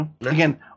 Again